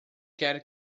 quer